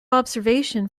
observation